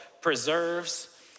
preserves